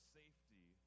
safety